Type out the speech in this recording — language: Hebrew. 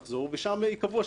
ושם ייקבעו השינויים.